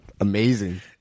Amazing